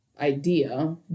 idea